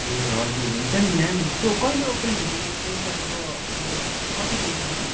ए हजुर हुन्छ नि म्याम सो कहिले ओपेन हुन्छ यो स्टोर तपाईँको मतलब कति बजीसम्म